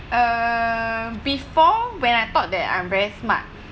uh before when I thought that I'm very smart